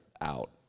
out